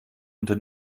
unter